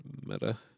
meta